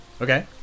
Okay